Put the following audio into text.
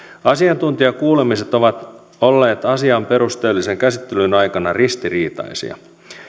asiantuntijakuulemiset ovat olleet asian perusteellisen käsittelyn aikana ristiriitaisia